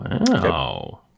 Wow